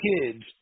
kids